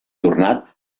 ornat